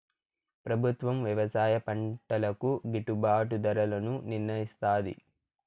ప్రభుత్వం వ్యవసాయ పంటలకు గిట్టుభాటు ధరలను నిర్ణయిస్తాది